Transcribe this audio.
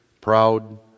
proud